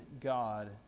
God